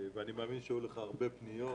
אני מאמין שהיו אליך הרבה פניות.